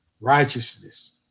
Righteousness